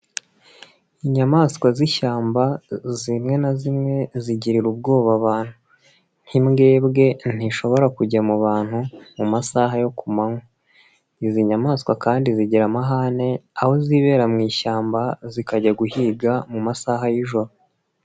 Inyamaswa z'ishyamba zimwe na zimwe zigirira ubwoba abantu. Nk'imbwebwe ntishobora kujya mu bantu mu masaha yo ku manywa. Izi nyamaswa kandi zigira amahane aho zibera mu ishyamba zikajya guhiga mu masaha y'ijoro.